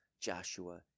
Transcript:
Joshua